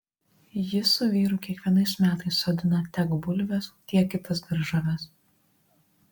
ji su vyru kiekvienais metais sodina tek bulves tiek kitas daržoves